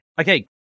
Okay